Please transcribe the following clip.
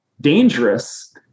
dangerous